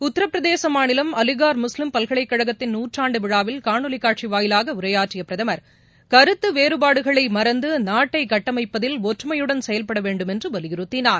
உத்திரபிரதேச மாநிலம் அலினா் முஸ்லீம் பல்கலைக் கழகத்தின் நூற்றாண்டு விழாவில் காணொலி காட்சி வாயிலாக உரையாற்றிய பிரதமர் கருத்து வேறபாடுகளை மறந்து நாட்டை கட்டமைப்பதில் ஒற்றுமையுடன் செயல்பட வேண்டுமென்று வலியுறுத்தினார்